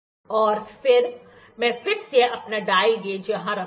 और फिर मैं फिर से अपना डायल गेज यहां रखूंगा